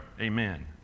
Amen